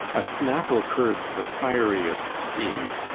a snaffle curbs the fieriest steed,